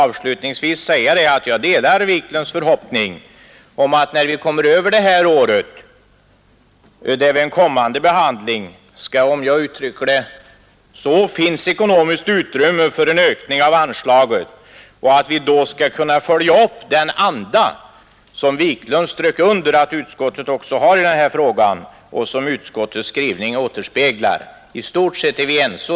Avslutningsvis vill jag säga att jag delar herr Wiklunds förhoppning om att vi vid behandlingen ett kommande år skall finna ekonomiskt utrymme för en ökning av anslaget och att vi då skall kunna följa upp saken i den anda som herr Wiklund strök under att utskottet har i denna fråga, och som även återspeglas i dess skrivning. I stort sett är vi ense.